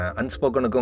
unspoken